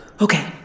Okay